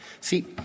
See